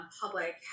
public